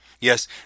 Yes